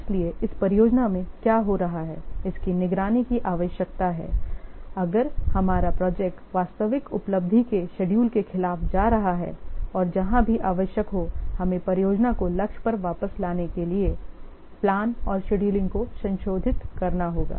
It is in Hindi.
इसलिए इस परियोजना में क्या हो रहा है इसकी निगरानी की आवश्यकता है अगर हमारा प्रोजेक्ट वास्तविक उपलब्धि के शेड्यूल के खिलाफ जा रहा है और जहां भी आवश्यक हो हमें परियोजना को लक्ष्य पर वापस लाने के लिए प्लान और शेड्यूलिंग को संशोधित करना होगा